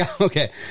Okay